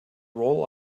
roll